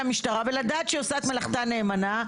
המשטרה ולדעת שהיא עושה את מלאכתה נאמנה,